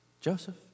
Joseph